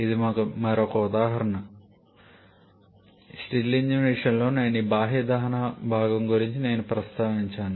ఇది మరొక ఉదాహరణ న స్టిర్లింగ్ ఇంజిన్ విషయంలో నేను ఈ బాహ్య దహన భాగం గురించి కూడా నేను ప్రస్తావించాను